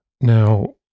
now